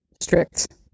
strict